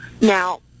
Now